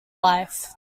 life